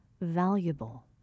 valuable